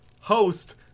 host